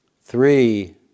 Three